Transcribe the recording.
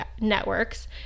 networks